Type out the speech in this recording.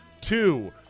two